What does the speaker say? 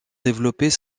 développés